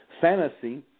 Fantasy